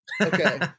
okay